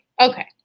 Okay